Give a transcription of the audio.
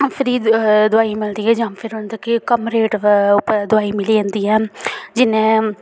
free दवाई मिलदी ऐ जां फिर उन्दे कम्म रेट पर दवाई मिली जंदियां न जिन्ने